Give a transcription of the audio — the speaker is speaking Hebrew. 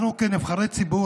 אנחנו כנבחרי ציבור,